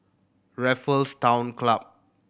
Raffles Town Club